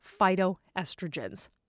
phytoestrogens